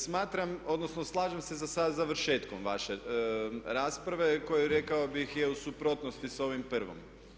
Smatram odnosno slažem se sa završetkom vaše rasprave koja rekao bih je u suprotnosti s ovom prvom.